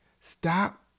stop